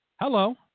Hello